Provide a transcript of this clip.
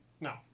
No